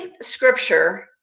scripture